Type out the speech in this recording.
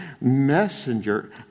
messenger